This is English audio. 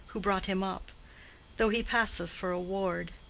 who brought him up though he passes for a ward.